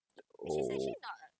oo